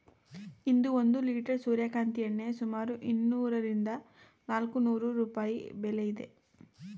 ಇಂದು ಒಂದು ಲಿಟರ್ ಸೂರ್ಯಕಾಂತಿ ಎಣ್ಣೆ ಸುಮಾರು ಇನ್ನೂರರಿಂದ ನಾಲ್ಕುನೂರು ರೂಪಾಯಿ ಬೆಲೆ ಇದೆ